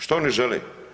Što oni žele?